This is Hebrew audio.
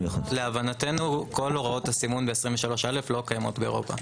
להבנתנו כל הוראות הסימון ב-23א לא קיימות באירופה.